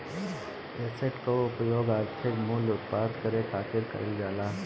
asset कअ उपयोग आर्थिक मूल्य उत्पन्न करे खातिर कईल जाला